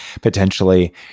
potentially